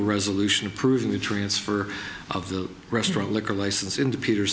a resolution approving the transfer of the restaurant liquor license into peter